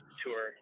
tour